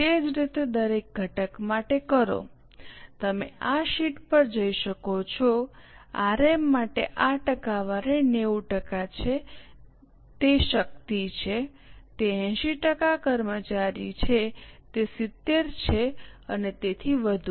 તે જ રીતે દરેક ઘટક માટે કરો તમે આ શીટ પર જઈ શકો છો આરએમ માટે આ ટકાવારી 90 છે તે શક્તિ છે તે 80 કર્મચારી છે તે 70 છે અને તેથી વધુ